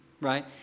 Right